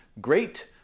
great